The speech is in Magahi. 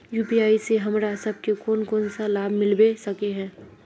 यु.पी.आई से हमरा सब के कोन कोन सा लाभ मिलबे सके है?